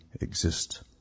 exist